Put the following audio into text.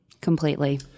Completely